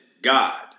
God